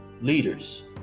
leaders